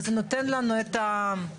וזה נותן לנו את ההרגשה,